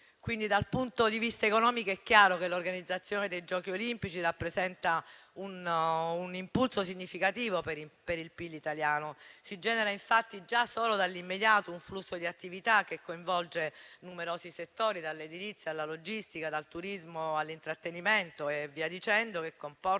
Quindi, dal punto di vista economico, è chiaro che l'organizzazione dei Giochi olimpici rappresenta un impulso significativo per il PIL italiano. Si genera infatti, già nell'immediato, un flusso di attività che coinvolge numerosi settori, dall'edilizia alla logistica, dal turismo all'intrattenimento e via dicendo, che comporta